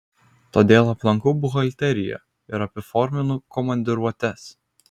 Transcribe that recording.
todėl aplankau buhalteriją ir apiforminu komandiruotes